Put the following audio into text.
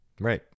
Right